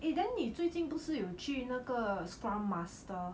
eh then 你最近不是有去那个 scrum master